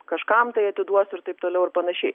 kažkam tai atiduosiu ir taip toliau ir panašiai